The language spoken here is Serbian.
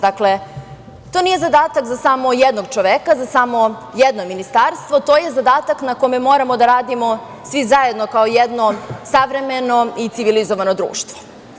Dakle, to nije zadatak za samo jednog čoveka, za samo jedno ministarstvo, to je zadatak na kome moramo da radimo svi zajedno kao jedno savremeno i civilizovano društvo.